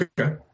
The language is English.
Okay